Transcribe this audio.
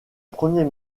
premier